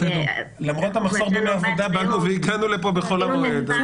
--- למרות המחסור בימי עבודה באנו והגענו לפה בחול המועד.